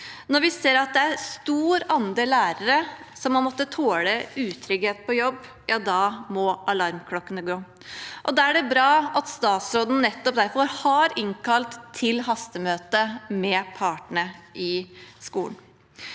Når vi ser at det er en stor andel lærere som har måttet tåle utrygghet på jobb, må alarmklokkene ringe. Da er det bra at statsråden nettopp derfor har innkalt til hastemøte med partene i skolen.